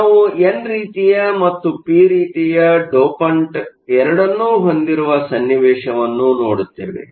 ನಾವು ಎನ್ ರೀತಿಯ ಮತ್ತು ಪಿ ರೀತಿಯ ಡೋಪಂಟ್ ಎರಡನ್ನೂ ಹೊಂದಿರುವ ಸನ್ನಿವೇಶವನ್ನು ನೋಡುತ್ತೇವೆ